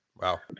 Wow